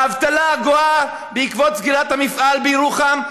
האבטלה הגואה בעקבות סגירת המפעל בירוחם,